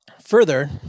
Further